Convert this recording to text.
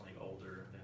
older